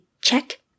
check